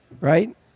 right